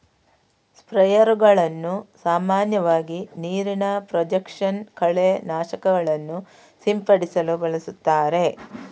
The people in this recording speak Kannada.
ಸ್ಪ್ರೇಯರುಗಳನ್ನು ಸಾಮಾನ್ಯವಾಗಿ ನೀರಿನ ಪ್ರೊಜೆಕ್ಷನ್ ಕಳೆ ನಾಶಕಗಳನ್ನು ಸಿಂಪಡಿಸಲು ಬಳಸುತ್ತಾರೆ